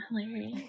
hilarious